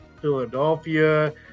Philadelphia